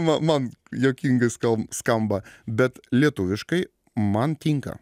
man juokingai skamba skamba bet lietuviškai man tinka